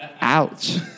Ouch